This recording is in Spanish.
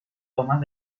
tomas